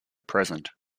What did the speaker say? present